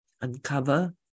uncover